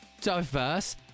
diverse